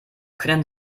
können